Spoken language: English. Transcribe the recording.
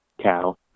cow